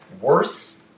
worse